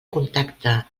contacte